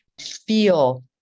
feel